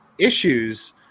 issues